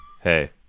Hey